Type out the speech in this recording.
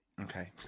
Okay